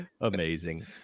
amazing